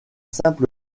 simple